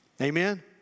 Amen